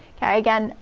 okay, again,